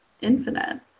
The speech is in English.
infinite